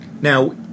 Now